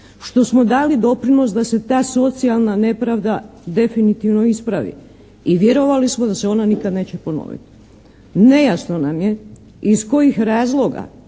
što smo dali doprinos da se ta socijalna nepravda definitivno ispravi i vjerovali smo da se ona nikad neće ponoviti. Nejasno nam je iz kojih razloga